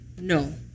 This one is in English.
No